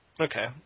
Okay